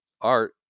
art